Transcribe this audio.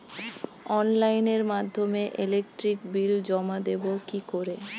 অনলাইনের মাধ্যমে electric bill জমা দেবো কি করে?